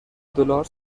دلار